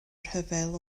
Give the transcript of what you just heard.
rhyfel